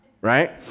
right